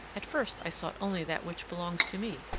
at first i sought only that which belongs to me,